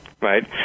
right